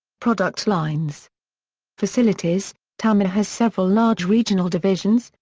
product lines facilities tamiya has several large regional divisions,